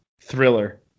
Thriller